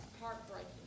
Heartbreaking